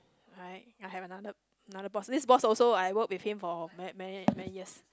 I I have another another boss this boss also I work with him for many many years